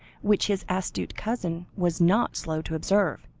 which his astute cousin was not slow to observe.